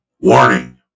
Warning